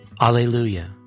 Alleluia